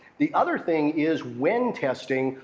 the other thing is when testing,